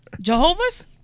Jehovah's